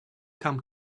come